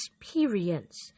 experience